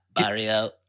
Mario